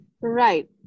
Right